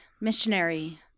missionary